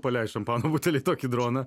paleist šampano butelį į tokį droną